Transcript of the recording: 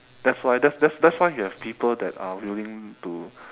that's why that's that's why you have people that are willing to